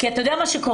כי אתה יודע מה שקורה,